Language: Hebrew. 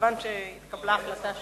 כיוון שהתקבלה החלטה שלא,